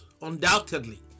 undoubtedly